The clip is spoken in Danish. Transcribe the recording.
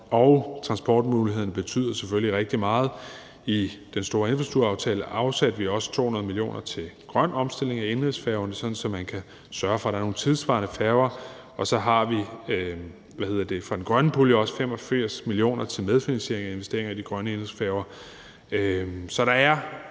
og transportmulighederne betyder selvfølgelig rigtig meget. I den store infrastrukturaftale afsatte vi også 200 mio. kr. til en grøn omstilling af indenrigsfærgerne, sådan at man kan sørge for, at der er nogle tidssvarende færger, og vi har fra den grønne pulje så også 85 mio. kr. til en medfinansiering af investeringer i de grønne indenrigsfærger.